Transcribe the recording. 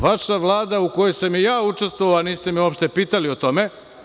Vaša Vlada u kojoj sam i ja učestvovao, niste me uopšte pitali o tome.